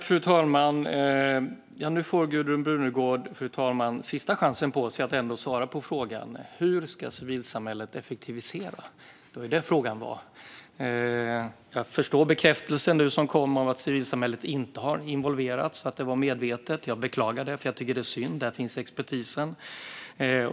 Fru talman! Nu får Gudrun Brunegård sin sista chans att ändå svara på frågan: Hur ska civilsamhället effektivisera detta? Det var ju detta som var min fråga. Jag förstår den bekräftelse som nu kom av att civilsamhället inte har involverats och att det var medvetet. Jag beklagar det och tycker att det är synd, för där finns ju expertisen.